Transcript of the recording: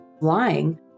lying